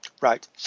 right